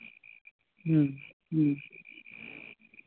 ᱦᱮᱸ ᱦᱮᱸ